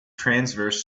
transverse